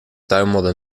tuimelde